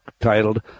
titled